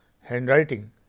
handwriting